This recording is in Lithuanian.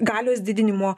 galios didinimo